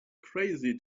crazy